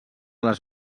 les